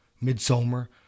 midsummer